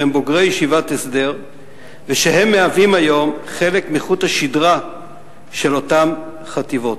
שהם בוגרי ישיבת הסדר והם מהווים היום חלק מחוט השדרה של אותן חטיבות.